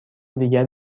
دیگر